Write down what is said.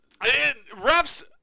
refs